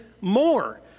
more